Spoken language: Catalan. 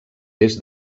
des